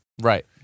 Right